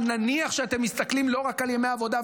אבל נניח שאתם מסתכלים לא רק על ימי העבודה,